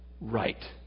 right